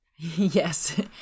Yes